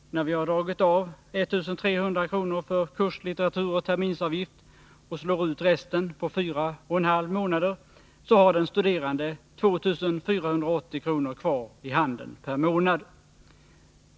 När vi har dragit av 1300 kr. för kurslitteratur och terminsavgift och slår ut resten på fyra och en halv månader, så har den studerande 2 480 kr. kvar i handen per månad.